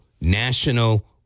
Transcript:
national